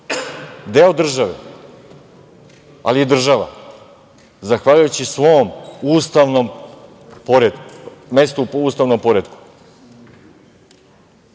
deo države, ali je država zahvaljujući svom ustavnom poretku,